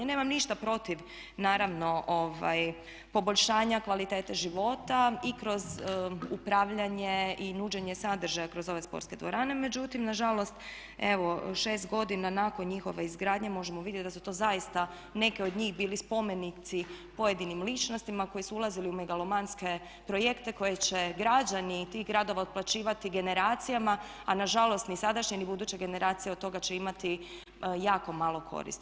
Nemam ništa protiv naravno poboljšanja kvalitete života i kroz upravljanje i nuđenje sadržaja kroz ove sportske dvorane međutim nažalost evo 6 godina nakon njihove izgradnje možemo vidjeti da su to zaista neke od njih bili spomenici pojedinim ličnostima koje su ulazili u megalomanske projekte koje će građani tih gradova otplaćivati generacijama, a nažalost ni sadašnje ni buduće generacije od toga će imati jako malo koristi.